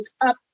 up